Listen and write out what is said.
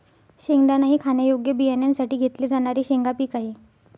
शेंगदाणा हे खाण्यायोग्य बियाण्यांसाठी घेतले जाणारे शेंगा पीक आहे